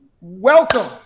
welcome